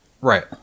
right